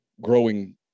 growing